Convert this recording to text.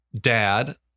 Dad